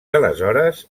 aleshores